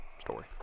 story